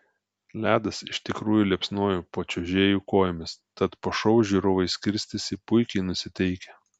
ledas iš tikrųjų liepsnojo po čiuožėjų kojomis tad po šou žiūrovai skirstėsi puikiai nusiteikę